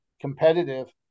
competitive